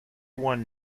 one